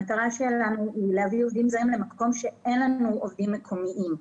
המטרה שלנו היא להביא עובדים זרים למקום שאין לנו עובדים מקומיים,